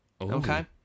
okay